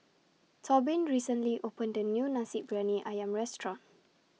Tobin recently opened A New Nasi Briyani Ayam Restaurant